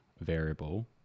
variable